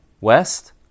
West